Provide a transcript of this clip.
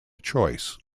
choice